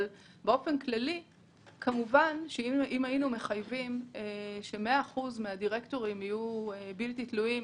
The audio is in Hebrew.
אבל כמובן שאם היינו מחייבים ש-100% מהדירקטורים יהיו בלתי תלויים